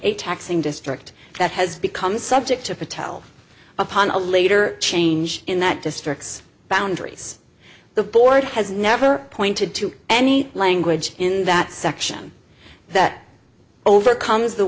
a taxing district that has become subject to patel upon a later change in that district's boundaries the board has never pointed to any language in that section that overcomes the